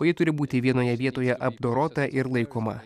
o ji turi būti vienoje vietoje apdorota ir laikoma